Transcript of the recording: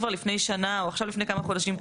כבר לפני שנה או לפני כמה חודשים,